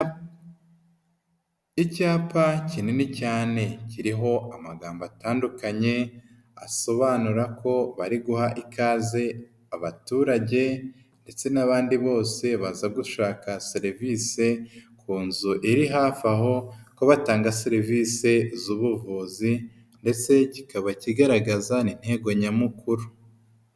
Icyapa kinini cyane, kiriho amagambo atandukanye asobanura ko bari guha ikaze abaturage ndetse n'abandi bose baza gushaka serivisi ku nzu iri hafi aho, ko batanga serivisi z'ubuvuzi ndetse kikaba kigaragaza n'intego nyamukuru.